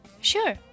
Sure